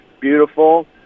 beautiful